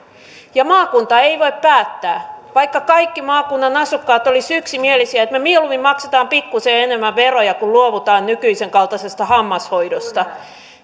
maakunta ei voi päättää vaikka kaikki maakunnan asukkaat olisivat yksimielisiä siitä että mieluummin maksamme pikkuisen enemmän veroja kuin luovumme nykyisen kaltaisesta hammashoidosta